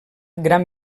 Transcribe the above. gran